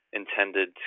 intended